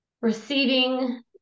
Receiving